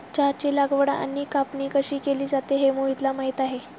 चहाची लागवड आणि कापणी कशी केली जाते हे मोहितला माहित आहे